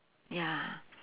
ya